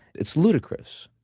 it's ludicrous.